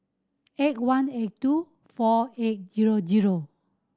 eight one eight two four eight zero zero